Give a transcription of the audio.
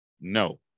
No